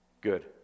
Good